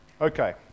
Okay